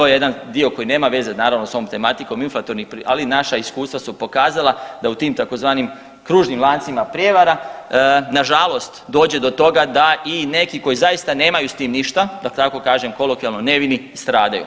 To je jedan dio koji nema veze naravno sa ovom tematikom inflatornih, ali naša iskustva su pokazala da u tim tzv. kružnim lancima prijevara nažalost dođe do toga da i neki koji zaista nemaju s tim ništa, da tako kažem kolokvijalno nevini stradaju.